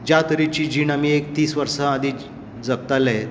ज्या तरेची जीण आमी एक तीस वर्सा आदीं जगताले